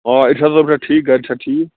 آ اِرشاد صٲب چھا ٹھیٖک گرِ چھا ٹھیٖک